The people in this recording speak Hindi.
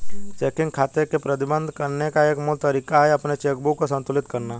चेकिंग खाते को प्रबंधित करने का एक मूल तरीका है अपनी चेकबुक को संतुलित करना